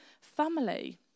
family